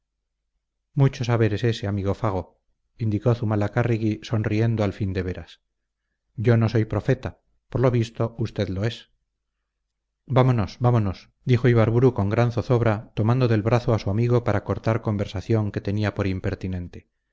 saber es ése amigo fago indicó zumalacárregui sonriendo al fin de veras yo no soy profeta por lo visto usted lo es vámonos vámonos dijo ibarburu con gran zozobra tomando del brazo a su amigo para cortar conversación que tenía por impertinente